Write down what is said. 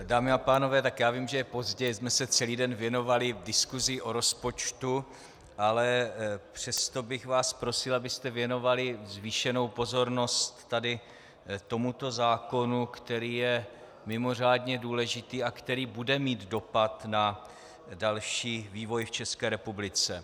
Dámy a pánové, já vím, že je pozdě a že jsme se celý den věnovali diskusi o rozpočtu, ale přesto bych vás prosil, abyste věnovali zvýšenou pozornost tomuto zákonu, který je mimořádně důležitý a který bude mít dopad na další vývoj v České republice.